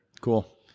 Cool